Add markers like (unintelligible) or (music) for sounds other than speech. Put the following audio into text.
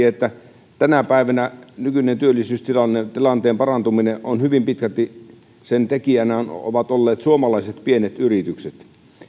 (unintelligible) että tänä päivänä nykyisen työllisyystilanteen parantumisen tekijänä ovat hyvin pitkälti olleet suomalaiset pienet yritykset